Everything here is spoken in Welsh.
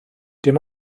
dim